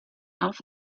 off